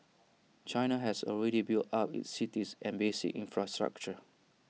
China has already built up its cities and basic infrastructure